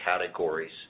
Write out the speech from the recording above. categories